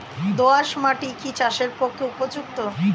দোআঁশ মাটি কি চাষের পক্ষে উপযুক্ত?